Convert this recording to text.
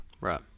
Right